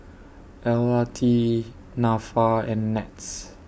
L R T Nafa and Nets